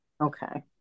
okay